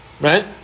Right